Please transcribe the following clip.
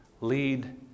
lead